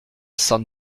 cent